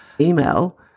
email